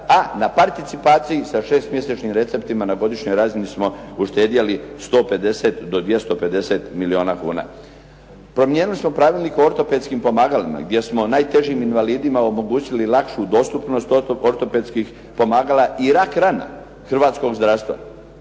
A na participaciji sa 6 mjesečnim receptima na godišnjoj razini smo uštedjeli 150 do 250 milijuna kuna. Promijenili smo Pravilnik o ortopedskim pomagalima gdje smo najtežim invalidima omogućili lakšu dostupnost ortopedskih pomagala i rak rana hrvatskog zdravstva,